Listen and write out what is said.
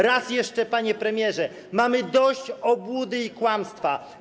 Raz jeszcze, panie premierze, mamy dość obłudy i kłamstwa.